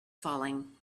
falling